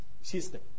system